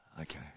okay